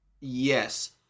Yes